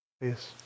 Yes